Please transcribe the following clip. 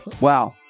wow